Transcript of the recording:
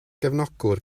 gefnogwr